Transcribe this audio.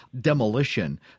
demolition